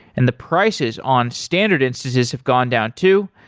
and the prices on standard instances have gone down too.